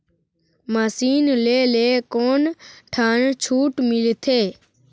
Machine ले ले कोन ठन छूट मिलथे?